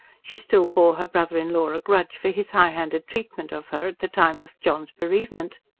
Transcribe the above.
she still bore her brother-in-law a grudge for his high-handed treatment of her at the time of john's bereavement.